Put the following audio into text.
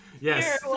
Yes